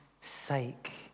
sake